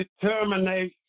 determination